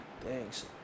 Thanks